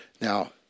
Now